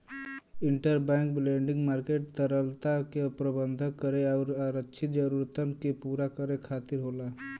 interbank lending market तरलता क प्रबंधन करे आउर आरक्षित जरूरतन के पूरा करे खातिर होला